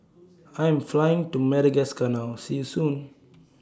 I Am Flying to Madagascar now See YOU Soon